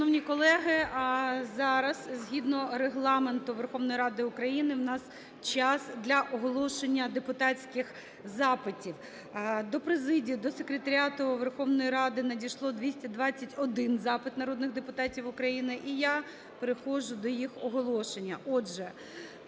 Шановні колеги, зараз згідно Регламенту Верховної Ради України у нас час для оголошення депутатських запитів. До президії, до Секретаріату Верховної Ради надійшов 221 запит народних депутатів України. І я переходжу до їх оголошення.